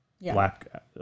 black